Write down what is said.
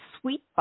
sweet